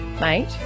mate